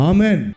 Amen